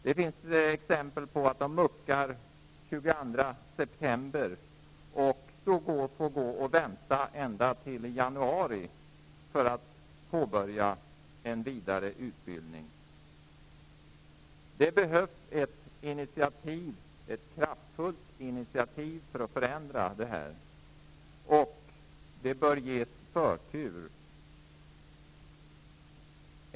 Det finns exempel på att värnpliktiga muckar den 22 september och då får gå och vänta ända till i januari innan de kan påbörja en vidareutbildning. Det behövs ett kraftfullt initiativ för att förändra det här, och det bör ges förtur.